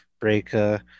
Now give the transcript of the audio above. Breaker